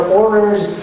orders